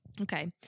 Okay